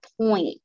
point